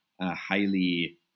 highly